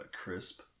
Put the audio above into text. crisp